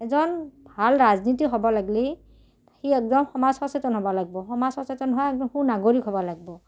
এজন ভাল ৰাজনীতিক হ'ব লাগলি সি একদম সমাজ সচেতন হ'ব লাগব' সমাজ সচেতন হোৱা একদম সু নাগৰিক হ'ব লাগব'